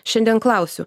šiandien klausiu